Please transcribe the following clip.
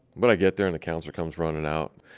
but, i get there, and the counselor comes running out,